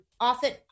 Often